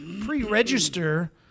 pre-register